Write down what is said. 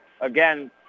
Again